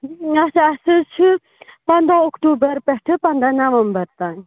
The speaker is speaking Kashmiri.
اچھا اَسہِ حظ چھِ پَنٛدہ اُکتوٗبَر پٮ۪ٹھٕ پَنٛدہ نَومبر تانۍ